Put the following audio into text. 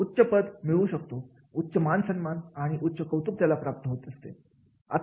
तो उच्चपद मिळू शकतो उच्च मानसन्मान आणि उच्च कौतुक त्याला प्राप्त होऊ शकते